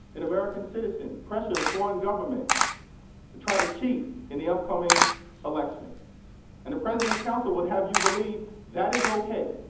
an american citizen pressure the foreign government to try to cheat in the upcoming election and the president's council would have you believe that is ok